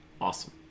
Awesome